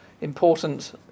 important